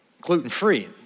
gluten-free